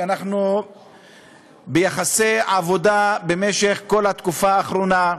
אנחנו ביחסי עבודה במשך כל התקופה האחרונה,